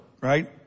right